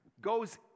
goes